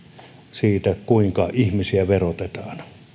siitä kuinka ihmisiä verotetaan